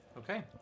Okay